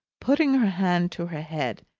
putting her hand to her head,